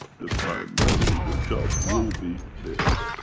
the. primarily their job will be this